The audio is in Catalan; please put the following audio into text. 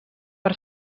per